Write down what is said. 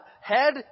head